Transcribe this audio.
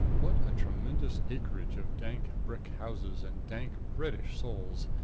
what a tremendous acreage of dank brick houses and dank british souls!